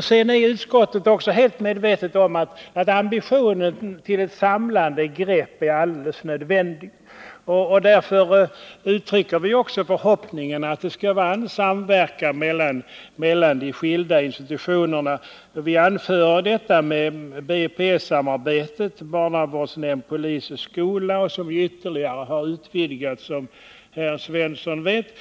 Sedan är utskottet också helt medvetet om att ambitionen att ha ett samlande grepp är alldeles nödvändig. Därför uttrycker vi också förhoppningen att det skall vara en samverkan mellan de skilda institutionerna. Vi erinrar om det s.k. BPS-samarbetet — barnavårdsnämnd, polis, skola — som ytterligare har utvidgats, som väl herr Svensson vet.